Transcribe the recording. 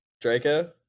Draco